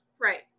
right